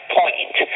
point